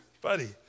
buddy